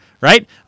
right